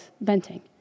venting